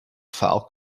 file